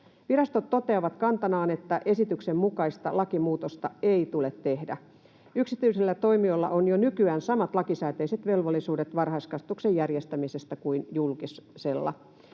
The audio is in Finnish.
Virastot toteavat kantanaan, että esityksen mukaista lakimuutosta ei tule tehdä. Yksityisillä toimijoilla on jo nykyään samat lakisääteiset velvollisuudet varhaiskasvatuksen järjestämisessä kuin julkisilla.